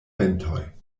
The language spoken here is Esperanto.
ventoj